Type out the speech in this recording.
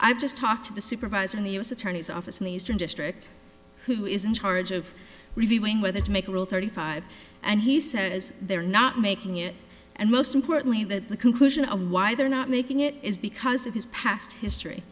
i've just talked to the supervisor in the u s attorney's office in the eastern district who is in charge of reviewing whether to make a rule thirty five and he says they're not making it and most importantly that the conclusion of why they're not making it is because of his past history